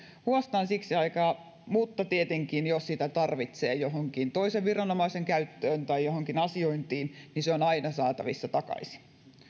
huostaan siksi ajaksi mutta tietenkin jos sitä tarvitsee johonkin toisen viranomaisen käyttöön tai johonkin asiointiin se on aina saatavissa takaisin